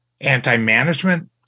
anti-management